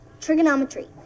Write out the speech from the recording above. Trigonometry